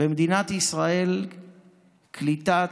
במדינת ישראל קליטת